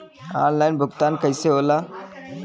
Online भुगतान कईसे होला?